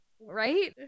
Right